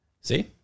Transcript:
See